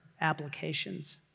applications